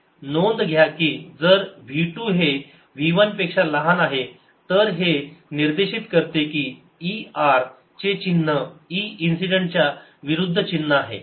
नोंद घ्या की जर v2 हे v1 पेक्षा लहान आहे तर हे निर्देशीत करते की e r चे चिन्ह e इन्सिडेंट च्या विरुद्ध चिन्ह आहे